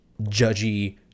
judgy